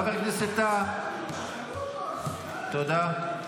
חבר הכנסת טאהא, תודה.